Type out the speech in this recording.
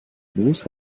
bose